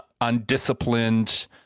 undisciplined